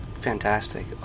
Fantastic